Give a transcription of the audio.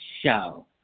show